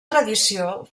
tradició